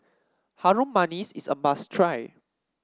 Harum Manis is a must try